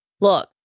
Look